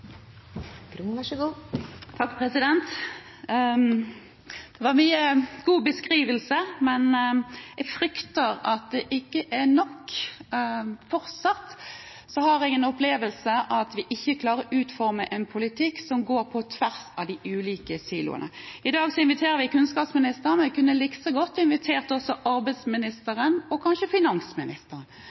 nok. Fortsatt har jeg en opplevelse av at vi ikke klarer å utforme en politikk som går på tvers av de ulike siloene. I dag inviterer vi kunnskapsministeren, men vi kunne likså godt invitert også arbeidsministeren og kanskje finansministeren,